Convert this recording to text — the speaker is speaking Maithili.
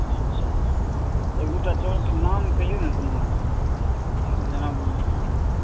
अच्छा एक दुटा चाउरके नाम कहियौ ने कोनो जेना